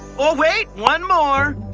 ah wait, one more.